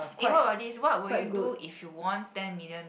eh what about this what will you do if you won ten million